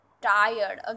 tired